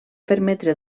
permetre